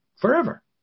forever